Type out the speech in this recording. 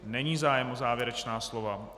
Není zájem o závěrečná slova.